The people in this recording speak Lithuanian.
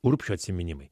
urbšio atsiminimai